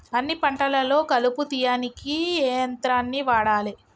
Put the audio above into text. అన్ని పంటలలో కలుపు తీయనీకి ఏ యంత్రాన్ని వాడాలే?